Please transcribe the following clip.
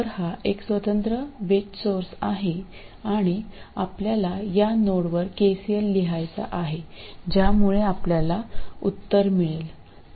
तर हा एक स्वतंत्र वेग स्त्रोत आहे आणि आपल्याला या नोडवर केसीएल लिहायचा आहे ज्यामुळे आपल्याला उत्तर मिळेल